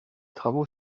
travaux